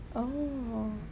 oh